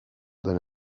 than